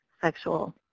sexual